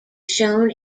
shown